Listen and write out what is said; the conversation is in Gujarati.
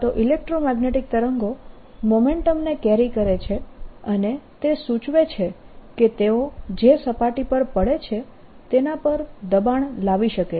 EM તરંગો મોમેન્ટમને કેરી કરે છે અને તે સૂચવે છે કે તેઓ જે સપાટી પર પડે છે તેના પર દબાણ લાવી શકે છે